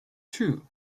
two